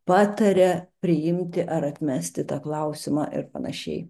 pataria priimti ar atmesti tą klausimą ir panašiai